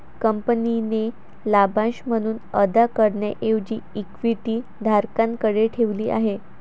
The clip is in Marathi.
कंपनीने लाभांश म्हणून अदा करण्याऐवजी इक्विटी धारकांकडे ठेवली आहे